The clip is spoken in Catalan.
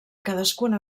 cadascuna